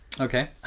Okay